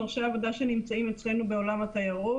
דורשי עבודה שנמצאים אצלנו בעולם התיירות.